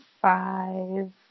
Five